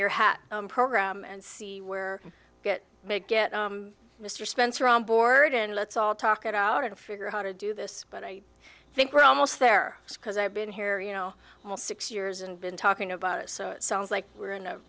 your hat program and see where it may get mr spencer on board and let's all talk it out and figure out how to do this but i think we're almost there because i've been here you know almost six years and been talking about it so it sounds like we're in